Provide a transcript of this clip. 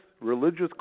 religious